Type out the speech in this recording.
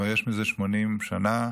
יש מזה כבר 80 שנה.